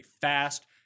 fast